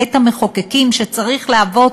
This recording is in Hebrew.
בית-המחוקקים שצריך להוות